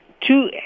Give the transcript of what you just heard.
two